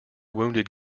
wounded